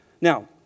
Now